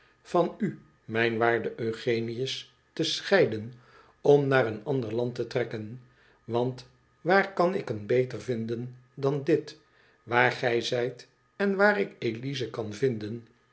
van u mijn waarde eugenius te scheiden om naar een ander land te trekken want waar kan ik een beter vinden dan dit waar gij zijt en waar ik elise kan vinden